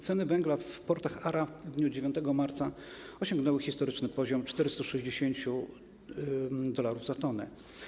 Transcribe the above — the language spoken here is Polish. Ceny węgla w portach ARA w dniu 9 marca osiągnęły historyczny poziom 460 dolarów za tonę.